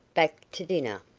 back to dinner.